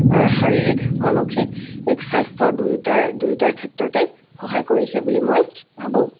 আমাৰ শাৰিৰীক মানসিক স্বাস্থ্য দুয়োটাৰ দুয়োটাৰ ক্ষেত্ৰতে সহায় কৰিছে বুলি মই ভাবোঁ